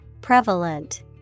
Prevalent